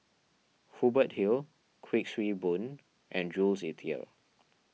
Hubert Hill Kuik Swee Boon and Jules Itier